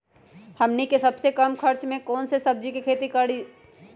हमनी के सबसे कम खर्च में कौन से सब्जी के खेती करी?